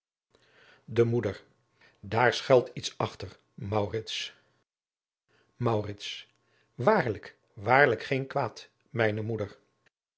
de moeder daar schuilt iets achter maurits maurits waarlijk waarlijk geen kwaad mijne moeder